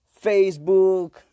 Facebook